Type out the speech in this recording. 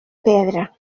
pedra